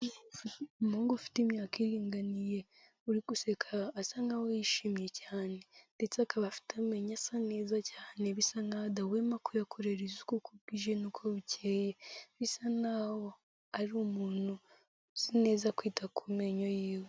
Umuhungu ufite imyaka iringaniye, uri guseka asa nkaho yishimye cyane ndetse akaba afite amenyo asa neza cyane bisa nkaho adahwema kuyakorera isuku uko bwije n'uko bukeye, bisa naho ari umuntu uzi neza kwita ku menyo yiwe.